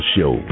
Show